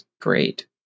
great